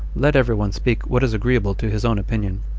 let every one speak what is agreeable to his own opinion.